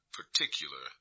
particular